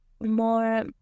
more